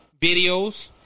videos